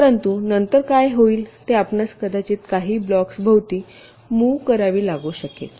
परंतु नंतर काय होईल ते आपणास कदाचित काही ब्लॉक्स भोवती मुव्ह करावी लागू शकेल